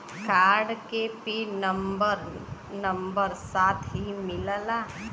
Card के pin number number साथही मिला?